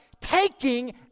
taking